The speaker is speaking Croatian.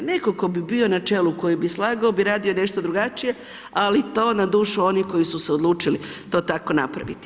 Netko tko bi bio na čelu koji bi slagao bi radio nešto drugačije, ali to na dušu onih koji su se odlučili to tako napraviti.